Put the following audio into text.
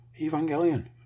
Evangelion